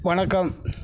வணக்கம்